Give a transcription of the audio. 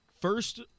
First